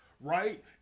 right